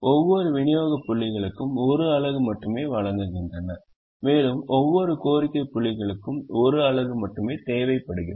ஒவ்வொரு விநியோக புள்ளிகளும் 1 அலகு மட்டுமே வழங்குகின்றன மேலும் ஒவ்வொரு கோரிக்கை புள்ளிகளுக்கும் 1 அலகு மட்டுமே தேவைப்படுகிறது